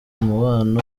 umubano